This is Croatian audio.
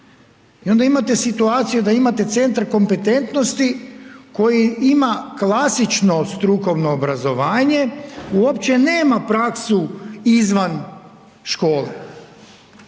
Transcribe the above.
i onda imate situaciju da imate centar kompetentnosti koji ima klasično strukovno obrazovanje, uopće nema praksu izvan škole.